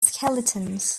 skeletons